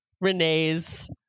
Renee's